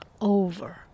over